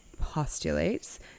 postulates